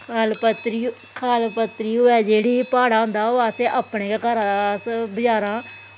खल पत्तरी होऐ जेह्ड़ी पहाड़ा होंदा ओह् असैं अपने गै घरा दा अस बजारा